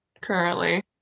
currently